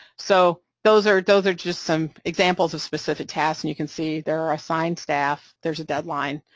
so those are those are just some examples of specific tasks, and you can see there are assigned staff, there's a deadline,